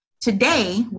Today